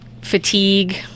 fatigue